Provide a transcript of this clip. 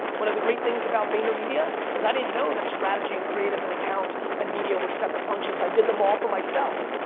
one of the great things about vayner media is i didn't know that strategy, and creative, and account, and media were separate functions, i did them all for myself.